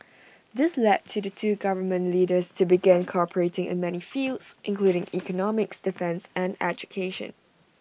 this led to the two government leaders to begin cooperating in many fields including economics defence and education